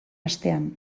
astean